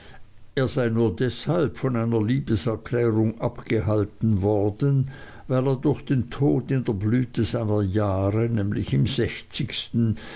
er sei nur deshalb von einer liebeserklärung abgehalten worden weil er durch den tod in der blüte seiner jahre nämlich im sechzigsten